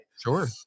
Sure